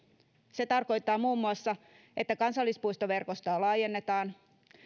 se tarkoittaa muun muassa että kansallispuistoverkostoa laajennetaan